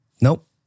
Nope